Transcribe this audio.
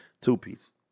Two-piece